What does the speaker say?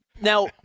Now-